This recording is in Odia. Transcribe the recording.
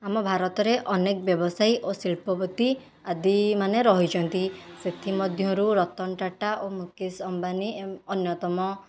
ଆମ ଭାରତରେ ଅନେକ ବ୍ୟବସାୟୀ ଓ ଶିଳ୍ପପତି ଆଦି ମାନେ ରହିଛନ୍ତି ସେଥି ମଧ୍ୟରୁ ରତନ ଟାଟା ଓ ମୁକେଶ ଅମ୍ବାନୀ ଅନ୍ୟତମ